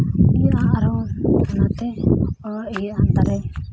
ᱤᱭᱟᱹᱜᱼᱟ ᱟᱨᱦᱚᱸ ᱚᱱᱟᱛᱮ ᱤᱭᱟᱹᱜᱼᱟ ᱫᱟᱨᱮ